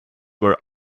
were